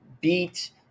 beat